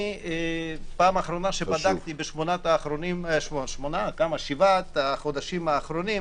פעם אחרונה שבדקתי בשבעת החודשים האחרונים,